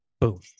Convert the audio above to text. Boom